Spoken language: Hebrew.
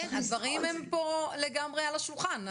כן, הדברים הם פה לגמרי על השולחן.